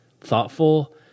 thoughtful